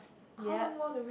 yep